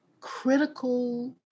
critical